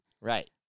Right